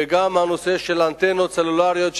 ויש גם הנושא של אנטנות סלולריות.